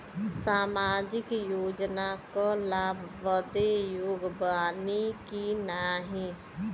सामाजिक योजना क लाभ बदे योग्य बानी की नाही?